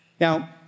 Now